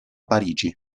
parigi